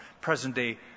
present-day